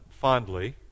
fondly